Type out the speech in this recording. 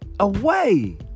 away